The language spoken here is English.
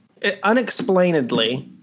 Unexplainedly